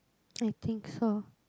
I think so